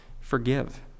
forgive